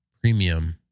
Premium